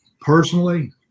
personally